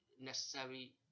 necessary